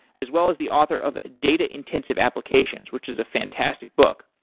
as well as the author of data-intensive applications, which is a fantastic book.